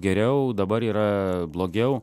geriau dabar yra blogiau